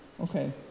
Okay